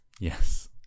Yes